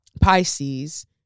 Pisces